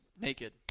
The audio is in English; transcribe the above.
Naked